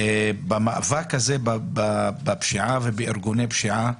במאבק הזה בפשיעה ובארגוני פשיעה,